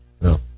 No